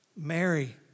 Mary